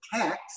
tax